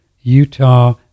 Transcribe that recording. Utah